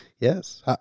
Yes